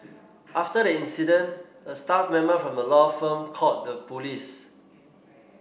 after the incident a staff member from the law firm called the police